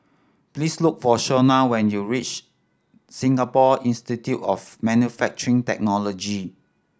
please look for Shona when you reach Singapore Institute of Manufacturing Technology